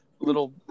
little